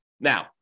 Now